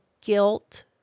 guilt